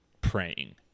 praying